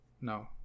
No